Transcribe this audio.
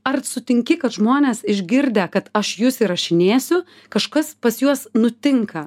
ar sutinki kad žmonės išgirdę kad aš jus įrašinėsiu kažkas pas juos nutinka